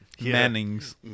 Mannings